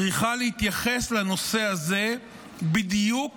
צריכה להתייחס לנושא הזה בדיוק